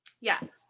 Yes